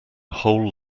whole